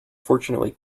fortunately